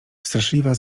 straszliwa